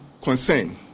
concern